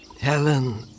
Helen